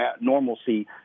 normalcy